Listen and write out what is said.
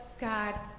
God